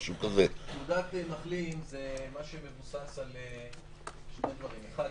תעודת מחלים זה מה שמבוסס על שני דברים: האחד,